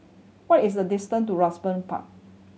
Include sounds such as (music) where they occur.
what is the distant to (unintelligible) Park